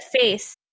face